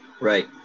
right